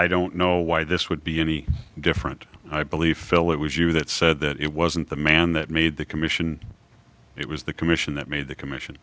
i don't know why this would be any different i believe phil it was you that said that it wasn't the man that made the commission it was the commission that made the commission